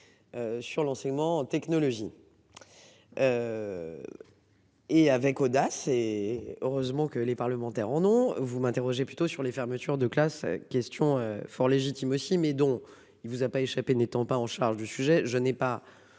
Sur l'enseignement en technologie. Et avec audace et. Heureusement que les parlementaires en non vous m'interrogez plutôt sur les fermetures de classes questions fort légitimes aussi mais dont il vous a pas échappé n'étant pas en charge du sujet, je n'ai pas